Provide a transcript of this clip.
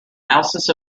houses